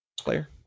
player